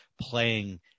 playing